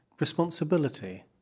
responsibility